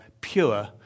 pure